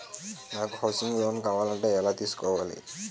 నాకు housing loan కావాలంటే ఎలా తీసుకోవాలి?